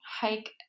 hike